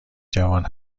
جوان